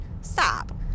stop